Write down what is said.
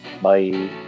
Bye